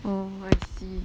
oh I see